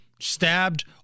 stabbed